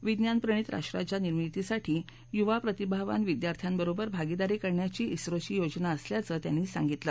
विज्ञान प्रणित राष्ट्राच्या निर्मितीसाठी युवा प्रतिभावान विदयार्थ्यांबरोबर भागीदारी करण्याची झोची योजना असल्याचं त्यांनी सांगितलं